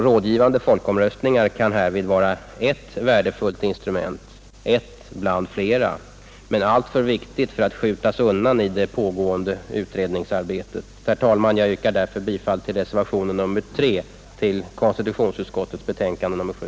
Rådgivande folkomröstningar kan härvid vara ett värdefullt instrument, ett bland flera men alltför viktigt för att skjutas undan i det pågående utredningsarbetet. Herr talman! Jag yrkar bifall till reservationen 3 vid konstitutionsutskottets betänkande nr 7.